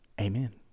amen